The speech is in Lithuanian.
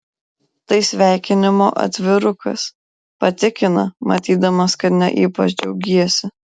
tai sveikinimo atvirukas patikina matydamas kad ne ypač džiaugiesi